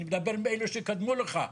אני מדבר אלו שקדמו לך.